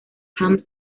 hans